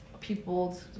people